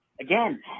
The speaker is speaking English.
Again